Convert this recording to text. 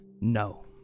No